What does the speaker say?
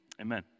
Amen